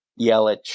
Yelich